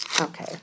Okay